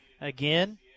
again